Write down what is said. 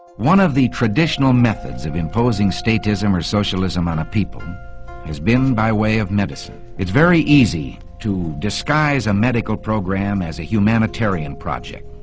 one of the traditional methods of imposing stateism or socialism on a people has been by way of medicine. it's very easy to disguise a medical program as a humanitarian project.